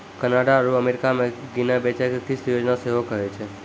Canada आरु America मे किनै बेचै के किस्त योजना सेहो कहै छै